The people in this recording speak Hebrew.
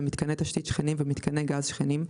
למיתקני תשתית שכנים ומיתקני גז שכנים,